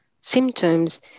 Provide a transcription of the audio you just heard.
symptoms